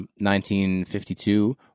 1952